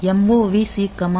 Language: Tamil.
MOV C 1AH